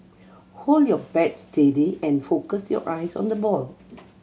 hold your bat steady and focus your eyes on the ball